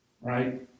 Right